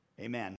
Amen